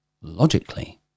logically